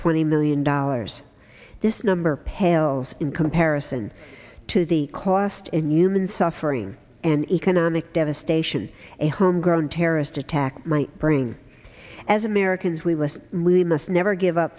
twenty million dollars this number pales in comparison to the cost in human suffering and economic devastation a homegrown terrorist attack might bring as americans we with lemus never give up